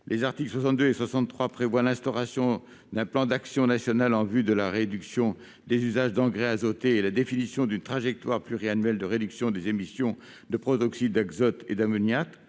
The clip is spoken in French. Les articles 62 et 63 prévoient l'instauration d'un plan d'action national en vue de la réduction des usages d'engrais azotés, ainsi que la définition d'une trajectoire pluriannuelle de réduction des émissions de protoxyde d'azote et d'ammoniac